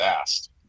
asked